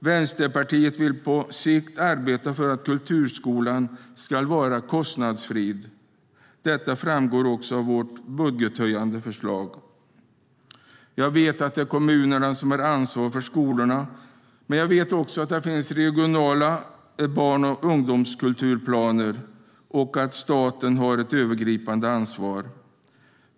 Vänsterpartiet vill på sikt arbeta för att kulturskolan ska vara kostnadsfri. Detta framgår också av vårt budgethöjande förslag. Jag vet att det är kommunerna som har ansvar för skolorna, men jag vet också att det finns regionala barn och ungdomskulturplaner och att staten har ett övergripande ansvar.